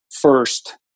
first